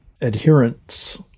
adherence